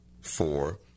Four